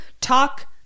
Talk